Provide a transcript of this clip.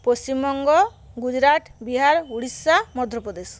Paschimbanga Gujarat Bihar Orissa Madhya Pradesh